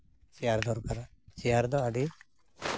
chair ᱫᱚᱨᱠᱟᱨᱟ chair ᱫᱚ ᱟᱹᱰᱤ